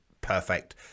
perfect